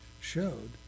showed